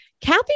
Kathy